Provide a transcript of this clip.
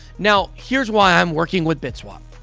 now, here's why i'm working with bitswap.